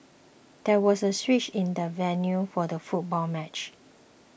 there was a switch in the venue for the football match